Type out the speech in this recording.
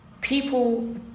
people